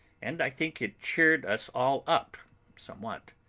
and i think it cheered us all up somewhat.